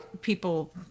people